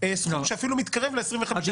סכום שאפילו מתקרב ל-25%.